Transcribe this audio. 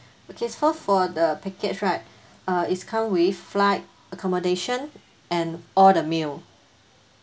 okay so for the package right uh it comes with flight accommodation and all the meals